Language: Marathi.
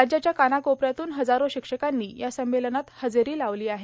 राज्याच्या कानाकोप यातून हजारो शिक्षकांनी या संमेलनात हजेरी लावली आहे